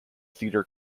theatre